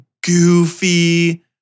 goofy